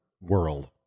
world